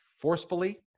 forcefully